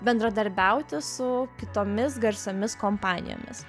bendradarbiauti su kitomis garsiomis kompanijomis